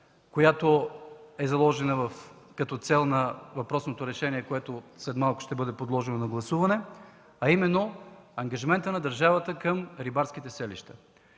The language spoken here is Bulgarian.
която е заложена като цел на въпросното решение, което след малко ще бъде подложено на гласуване, а именно ангажиментът на държавата към рибарските селища.